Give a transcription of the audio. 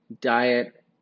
diet